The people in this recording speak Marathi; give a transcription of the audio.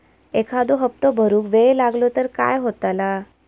एखादो हप्तो भरुक वेळ लागलो तर काय होतला?